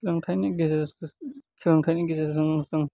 सोलोंथाइनि गेजेरजों सोलोंथाइनि गेजेरजोंनो जों